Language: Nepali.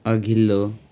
अघिल्लो